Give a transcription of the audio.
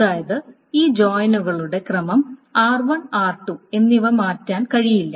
അതായത് ഈ ജോയിനുകളുടെ ക്രമം r1 r2 എന്നിവ മാറ്റാൻ കഴിയില്ല